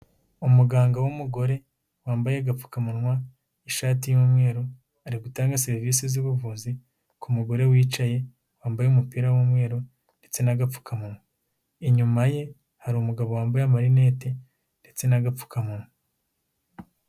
Umuganga w'umugore, wambaye agapfukamunwa, ishati y'umweru, ari gutangage serivisi z'ubuvuzi ku mugore wicaye, wambaye umupira w'umweru ndetse n'agapfukamunwa, inyuma ye hari umugabo wambaye amarinete ndetse n'agapfukamunwa.